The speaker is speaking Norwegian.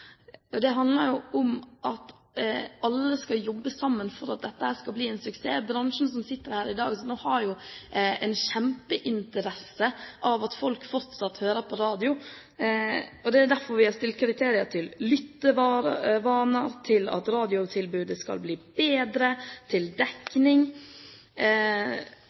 Det handler om at alle skal jobbe sammen for at dette skal bli en suksess. Bransjen, som sitter her i dag, har en kjempeinteresse av at folk fortsatt hører på radio. Det er derfor vi har stilt kriterier til lyttevaner, til at radiotilbudet skal bli bedre, til